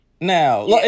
now